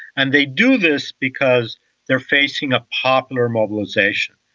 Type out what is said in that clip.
and they do this because they are facing a popular mobilisation.